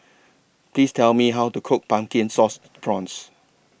Please Tell Me How to Cook Pumpkin and Sauce Prawns